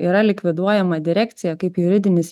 yra likviduojama direkcija kaip juridinis